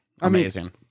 Amazing